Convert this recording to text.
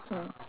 mm